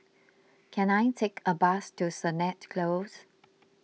can I take a bus to Sennett Close